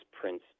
prince